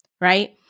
right